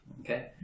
Okay